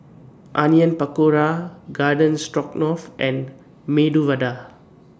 Onion Pakora Garden Stroganoff and Medu Vada